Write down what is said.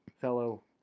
fellow